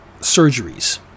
surgeries